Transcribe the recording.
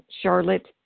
Charlotte